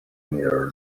near